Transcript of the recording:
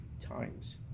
times